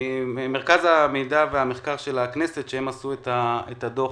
ממרכז המידע והמחקר של הכנסת, שעשו את הדוח